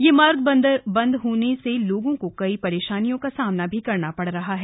यह मार्ग बंद होने से लोगों को कई परेशानियों का सामना करना पड़ रहा है